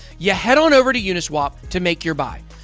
yeah head on over to uniswap to make your buy.